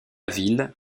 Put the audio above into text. ville